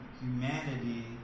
humanity